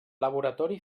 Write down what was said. laboratori